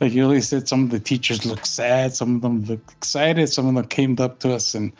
like yoli said, some of the teachers looked sad. some of them looked excited. some of them came up to us and,